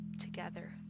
together